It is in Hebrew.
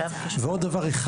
עוד דבר אחד.